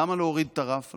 למה להוריד את הרף?